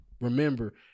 remember